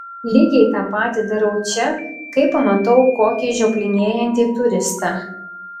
lygiai tą patį darau čia kai pamatau kokį žioplinėjantį turistą